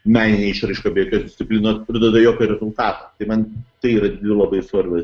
meninė išraiška be jokios disciplinos kur neduoda jokio rezultato tai man tai yra dvi labai svarbios